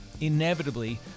inevitably